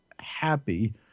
happy